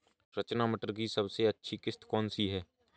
रचना मटर की सबसे अच्छी किश्त कौन सी है?